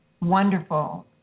wonderful –